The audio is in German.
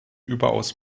überaus